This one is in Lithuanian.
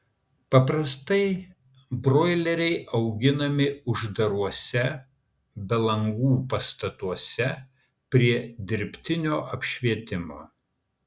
paprastai broileriai auginami uždaruose be langų pastatuose prie dirbtinio apšvietimo